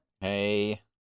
Hey